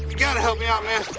gotta help me out man,